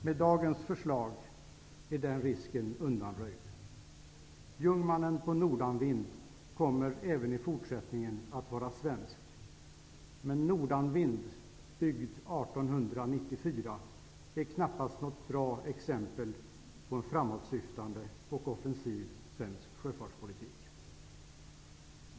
Med dagens förslag är den risken undanröjd. Jungmannen på Nordanvind kommer även i fortsättningen att vara svensk. Men Nordanvind, byggd 1894, är knappast något bra exempel på en framåtsyftande och offensiv svensk sjöfartspolitik.